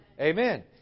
Amen